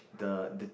the the